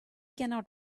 cannot